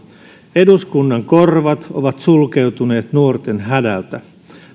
eduskunnan korvat ovat sulkeutuneet nuorten hädältä